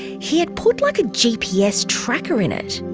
he had put like a gps tracker in it.